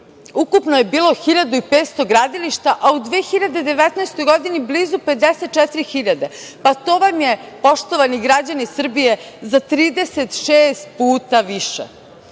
ukupno je bilo 1.500 gradilišta, a u 2019. godini blizu 54.000, pa to vam je poštovani građani Srbije za 36 puta više. Da